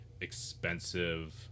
expensive